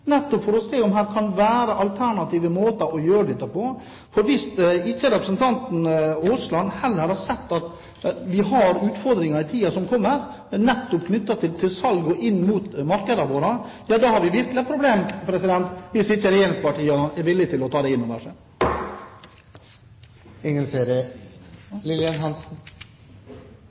nettopp for å se om det kan være alternative måter å gjøre dette på. For hvis ikke representanten Aasland heller har sett at vi har utfordringer i tiden som kommer knyttet til salg inn mot markedene våre, da har vi virkelig et problem – hvis regjeringspartiene ikke er villig til å ta det inn over seg.